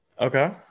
Okay